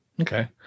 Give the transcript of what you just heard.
Okay